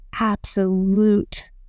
absolute